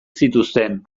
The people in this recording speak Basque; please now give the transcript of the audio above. zituzten